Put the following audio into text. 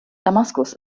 damaskus